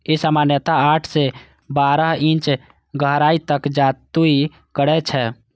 ई सामान्यतः आठ सं बारह इंच गहराइ तक जुताइ करै छै